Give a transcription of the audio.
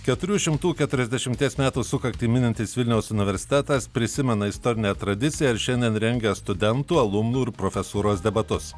keturių šimtų keturiasdešimties metų sukaktį minintis vilniaus universitetas prisimena istorinę tradiciją ir šiandien rengia studentų alumnų ir profesūros debatus